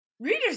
Reader's